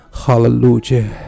Hallelujah